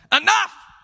enough